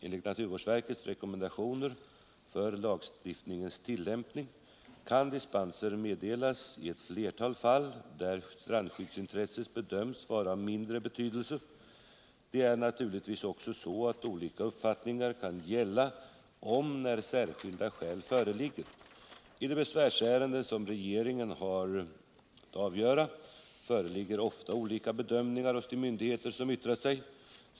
Enligt naturvårdsverkets rekommendationer för lagstiftningens tillämpning kan dispenser meddelas i ett flertal fall där strandskyddsintresset bedöms vara av mindre betydelse. Det är naturligtvis också så, att olika 37 uppfattningar kan gälla om när särskilda skäl föreligger. I de besvärsärenden som regeringen har att avgöra föreligger ofta olika bedömningar hos de myndigheter som yttrat sig.